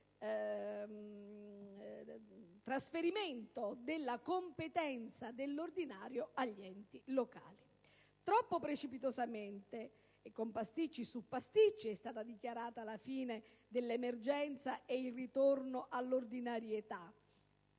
trasferiva la competenza dell'ordinario agli enti locali. Troppo precipitosamente e con pasticci su pasticci è stata dichiarata la fine dell'emergenza e il ritorno all'ordinarietà,